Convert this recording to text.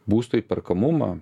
būsto įperkamumą